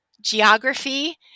geography